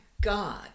God